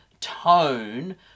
tone